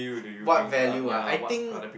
what value ah I think